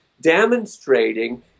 demonstrating